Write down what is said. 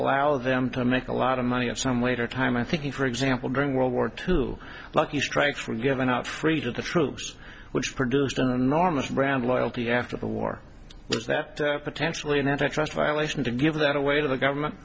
allow them to make a lot of money at some waiter time i think for example during world war two lucky strikes were given out free to the troops which produced are enormous brand loyalty after the war is that potentially an antitrust violation to give that away to the government